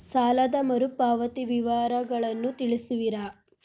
ಸಾಲದ ಮರುಪಾವತಿ ವಿವರಗಳನ್ನು ತಿಳಿಸುವಿರಾ?